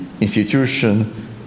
institution